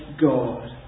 God